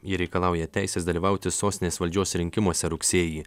ji reikalauja teisės dalyvauti sostinės valdžios rinkimuose rugsėjį